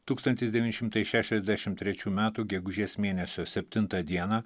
tūkstantis devyni šimtai šešiasdešim trečių metų gegužės mėnesio septintą dieną